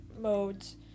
modes